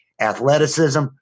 athleticism